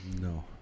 No